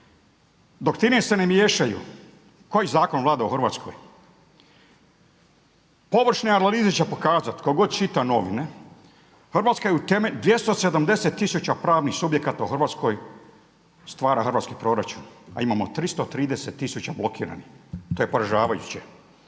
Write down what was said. Doktrine se ne miješaju. Koji zakon vlada u Hrvatskoj? Površne analize će pokazati tko god čita novine, Hrvatska je, 270000 pravnih subjekata u Hrvatskoj stvara hrvatski proračun, a imamo 330000 blokiranih. to je poražavajuće.